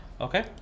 Okay